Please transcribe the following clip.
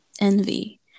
envy